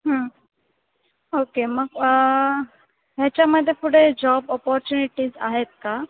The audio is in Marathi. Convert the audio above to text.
ओके मग ह्याच्यामध्ये पुढे जॉब ऑपॉर्च्युनिटीज आहेत का